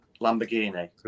Lamborghini